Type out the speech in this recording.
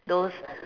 those